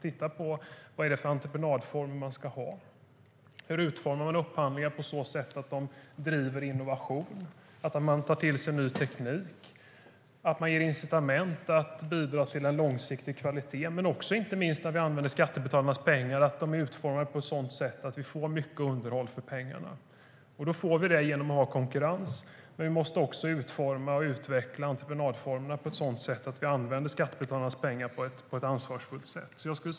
Vad det är för entreprenadformer man ska ha? Hur utformar man upphandlingar på så sätt att de driver innovation? Det handlar om att man tar till sig ny teknik och ger incitament att bidra till en långsiktig kvalitet. Det gäller inte minst att vi använder skattebetalarnas pengar på ett sådant sätt att vi får mest underhåll för pengarna. Vi får det genom att ha konkurrens. Men vi måste också utforma och utveckla entreprenadformerna på ett sådant sätt att vi använder skattebetalarnas pengar på ett ansvarsfullt sätt.